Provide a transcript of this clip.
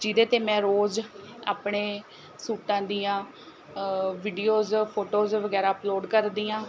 ਜਿਹਦੇ 'ਤੇ ਮੈਂ ਰੋਜ਼ ਆਪਣੇ ਸੂਟਾਂ ਦੀਆਂ ਵੀਡਿਓਜ਼ ਫੋਟੋਜ਼ ਵਗੈਰਾ ਅਪਲੋਡ ਕਰਦੀ ਹਾਂ